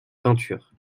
peinture